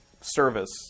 service